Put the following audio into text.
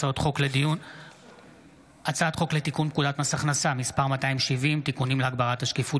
הצעת חוק לתיקון פקודת מס הכנסה (מס' 270) (תיקונים להגברת השקיפות